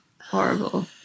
horrible